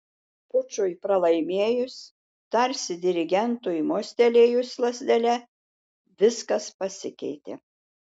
pučui pralaimėjus tarsi dirigentui mostelėjus lazdele viskas pasikeitė